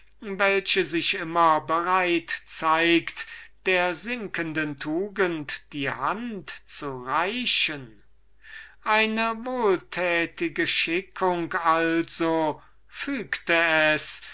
welche sich immer bereit zeigt der sinkenden tugend die hand zu reichen fügte es